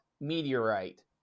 Meteorite